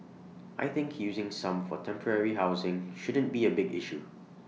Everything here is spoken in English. I think using some for temporary housing shouldn't be A big issue